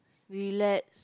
relax